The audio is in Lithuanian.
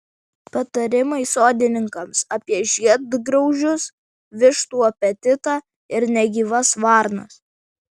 patarimai sodininkams apie žiedgraužius vištų apetitą ir negyvas varnas